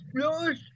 Yes